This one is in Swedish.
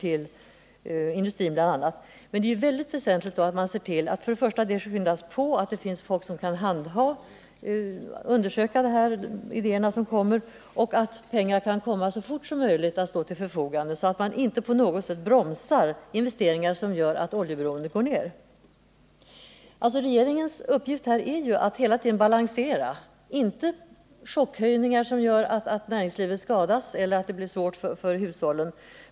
Men då är det mycket väsentligt att se till att det hela påskyndas, att det finns personer som kan ta ställning till de idéer som kommer fram och att pengar kan betalas ut så fort som möjligt, så att man inte på något sätt bromsar investeringar som kan minska oljeberoendet. Regeringens uppgift är att hela tiden balansera. Det får inte bli chockhöjningar som skadar näringslivet eller gör det svårt för hushållen.